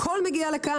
הכול מגיע לכאן,